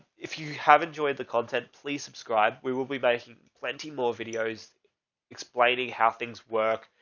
if you have enjoyed the content, please subscribe. we will be making plenty more videos explaining how things work,